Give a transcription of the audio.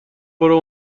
برو